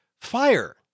fire